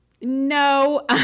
No